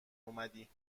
اومدی